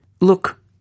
Look